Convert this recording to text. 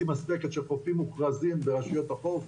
מספקת של חופים מוכרזים ברשויות החוף,